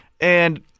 And-